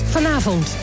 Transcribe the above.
Vanavond